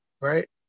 right